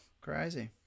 Crazy